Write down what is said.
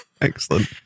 Excellent